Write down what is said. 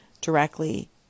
directly